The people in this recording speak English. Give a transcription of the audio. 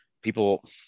people